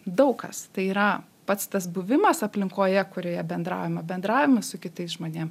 daug kas tai yra pats tas buvimas aplinkoje kurioje bendraujame bendravimas su kitais žmonėm